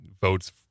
votes